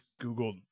Google